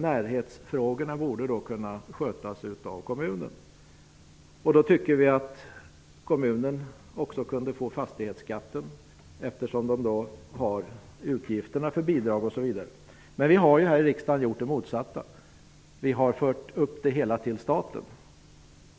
Närhetsfrågorna borde kunna skötas av kommunen. Vi i Ny demokrati tycker därför att kommunen också skulle få fastighetsskatten, eftersom den har utgifter för bidrag, osv. Men riksdagen har gjort det motsatta. Vi har fört det hela till staten,